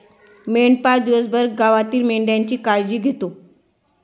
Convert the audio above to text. मेंढपाळ दिवसभर गावातील मेंढ्यांची काळजी घेतो